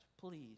please